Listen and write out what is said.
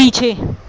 पीछे